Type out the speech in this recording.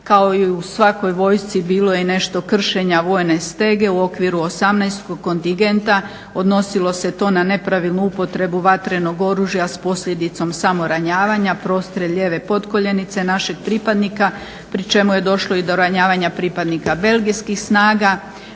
Kao i u svakoj vojsci bilo je i nešto kršenja vojne stege u okviru 18 kontingenta. Odnosilo se to na nepravilnu upotrebu vatrenog oružja sa posljedicom samoranjavanja, prostrijel lijeve potkoljenice našeg pripadnika pri čemu je došlo i do ranjavanja pripadnika belgijskih snaga.